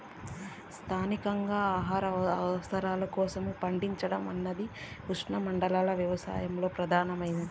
స్థానికంగా ఆహార అవసరాల కోసం పండించడం అన్నది ఉష్ణమండల వ్యవసాయంలో ప్రధానమైనది